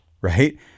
right